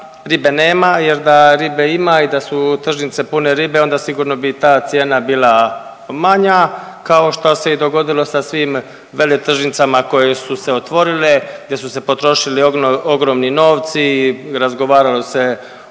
ribe nema jer da ribe ima i da su tržnice pune ribe onda sigurno bi i ta cijena bila manja kao šta se i dogodilo sa svim veletržnicama koje su se otvorile gdje su se potrošili ogromni novci i razgovaralo se